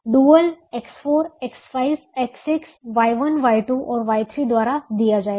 dual X4 X5 X6 Y1 Y2 और Y3 द्वारा दिया जाएगा